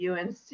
UNC